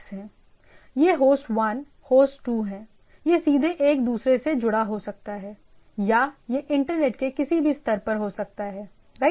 यह host 1 host 2 है यह सीधे एक दूसरे से जुड़ा हो सकता है या यह इंटरनेट के किसी भी स्तर पर हो सकता है राइट